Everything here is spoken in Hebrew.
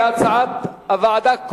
כהצעת הוועדה,